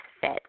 fit